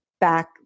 back